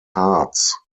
harz